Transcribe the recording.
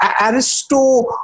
Aristo